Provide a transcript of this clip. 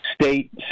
state